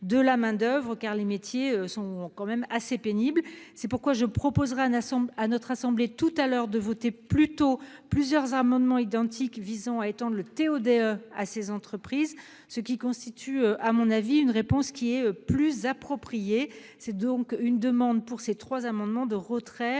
de la main-d'oeuvre au car les métiers sont quand même assez pénible. C'est pourquoi je proposerai un à notre assemblée tout à l'heure de voter plutôt plusieurs amendements identiques visant à étendre le TO des à ces entreprises ce qui constitue, à mon avis une réponse qui est plus approprié. C'est donc une demande pour ces trois amendements de retrait